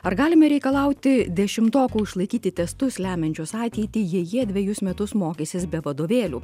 ar galime reikalauti dešimtokų išlaikyti testus lemiančius ateitį jei jie dvejus metus mokysis be vadovėlių